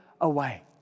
away